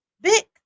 Big